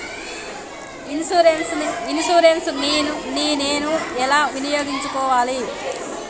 Insurance ని నేను ఎలా వినియోగించుకోవాలి?